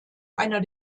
einer